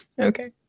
Okay